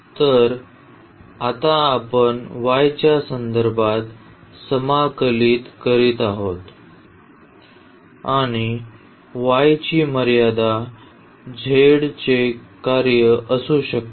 तर आता आपण y च्या संदर्भात समाकलित करीत आहोत आणि y ची मर्यादा z चे कार्य z चे कार्य असू शकते